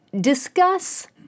discuss